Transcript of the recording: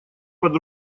под